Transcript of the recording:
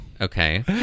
Okay